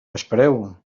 espereu